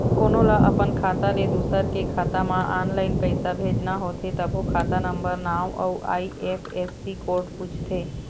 कोनो ल अपन खाता ले दूसर के खाता म ऑनलाईन पइसा भेजना होथे तभो खाता नंबर, नांव अउ आई.एफ.एस.सी कोड पूछथे